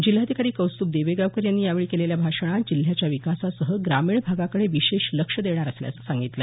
जिल्हाधिकारी कौस्तुभ दिवेगावकर यांनी यावेळी केलेल्या भाषणात जिल्ह्याच्या विकासासह ग्रामीण भागाकडे विशेष लक्ष देणार असल्याचं सांगितलं